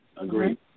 Agreed